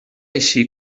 així